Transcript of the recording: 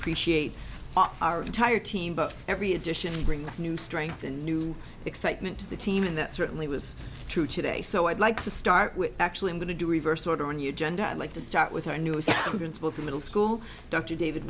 appreciate our entire team but every addition brings new strength and new excitement to the team and that certainly was true today so i'd like to start with actually i'm going to do a reverse order on your gender i'd like to start with our newest hundreds book in middle school dr david